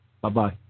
Bye-bye